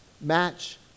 match